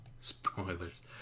spoilers